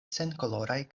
senkoloraj